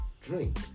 drink